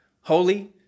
holy